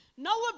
Noah